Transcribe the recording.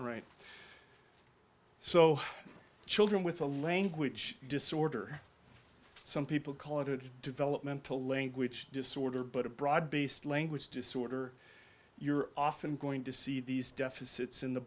right so children with a language disorder some people call it a developmental language disorder but a broad based language disorder you're often going to see these deficits in the